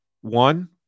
one